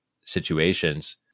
situations